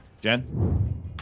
Jen